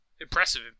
Impressive